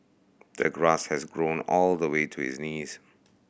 the grass had grown all the way to his knees